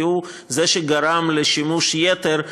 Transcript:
כי הוא גרם לשימוש יתר,